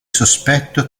sospetto